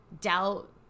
doubt